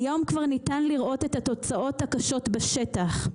היום כבר ניתן לראות את התוצאות הקשות בשטח.